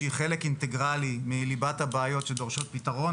שהיא חלק אינטגרלי מליבת הבעיות שדורשות פתרון,